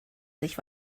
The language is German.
sich